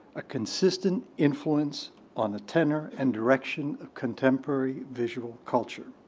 a consistent influence on the tenor and direction of contemporary visual culture.